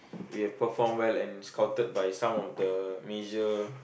we have perform well and scouted by some of the major